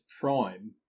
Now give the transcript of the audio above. prime